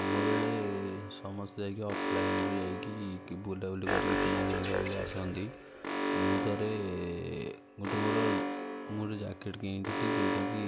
ଆମ ବେଳେ ସମସ୍ତେ ଯାଇକି ଅଫଲାଇନ୍ରୁ ଯାଇକି କି ବୁଲାବୁଲି କରିକି କିଣାକିଣି କରିକି ଆସନ୍ତି ମୁଁ ଥରେ ଗୋଟେ ମୋର ମୁଁ ଗୋଟେ ଜ୍ୟାକେଟ୍ କିଣିଥିଲି ଯେଉଁଟାକି